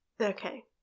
Okay